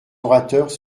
orateurs